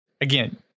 Again